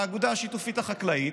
לאגודה השיתופית החקלאית,